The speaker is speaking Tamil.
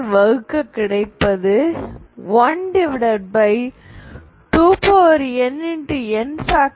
ஆல் வகுக்க கிடைப்பது 12nn